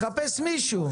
מחפש מישהו.